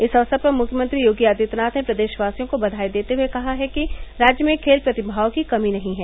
इस अवसर पर मुख्यमंत्री योगी आदित्यनाथ ने प्रदेशवासियों को बघाई देते हुये कहा है कि राज्य में खेल प्रतिषाओं की कमी नही है